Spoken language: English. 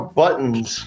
buttons